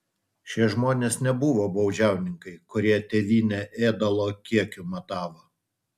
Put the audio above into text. šie žmonės nebuvo baudžiauninkai kurie tėvynę ėdalo kiekiu matavo